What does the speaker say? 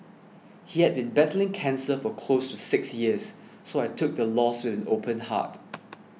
he had been battling cancer for close to six years so I took the loss with an open heart